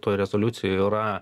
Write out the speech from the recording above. toj rezoliucijoj yra